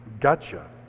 gotcha